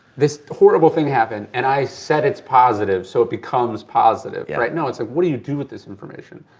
this horrible thing happened and i said it's positive so it becomes positive. yeah right now, it's like what do you do with this information?